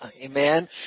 Amen